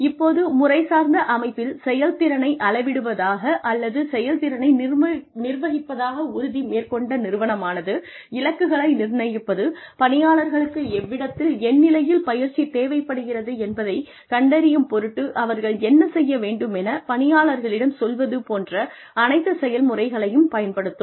இப்போது முறைசார்ந்த அமைப்பில் செயல்திறனை அளவிடுவதாக அல்லது செயல்திறனை நிர்வகிப்பதாக உறுதி மேற்கொண்ட நிறுவனமானது இலக்குகளை நிர்ணயிப்பது பணியாளர்களுக்கு எவ்விடத்தில் எந்நிலையில் பயிற்சி தேவைப்படுகிறது என்பதைக் கண்டறியும் பொருட்டு அவர்கள் என்ன செய்ய வேண்டுமென பணியாளர்களிடம் சொல்வது போன்ற அனைத்து செயல்முறையையும் பயன்படுத்தும்